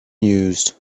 used